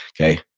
okay